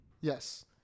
Yes